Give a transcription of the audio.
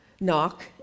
Knock